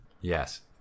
yes